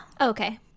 Okay